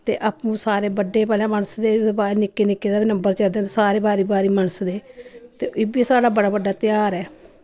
ते आपूं सारे बड्डे पैह्लें मनसदे ओह्दे बाद निक्के निक्के दा बी नम्बर चढ़दा ते सारे बारी बारी मनसदे ते एह् बी साढ़ा बड़ा बड्डा तेहार ऐ